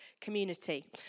community